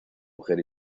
mujer